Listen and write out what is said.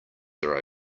are